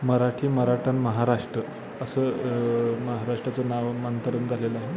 मराठी मराठा अन् महाराष्ट्र असं महाराष्ट्राचं नामांतरण झालेलं आहे